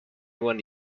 one